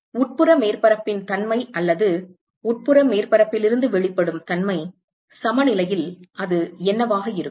உட்புற மேற்பரப்பின் தன்மை அல்லது உட்புற மேற்பரப்பில் இருந்து வெளிப்படும் தன்மை சமநிலையில் அது என்னவாக இருக்கும்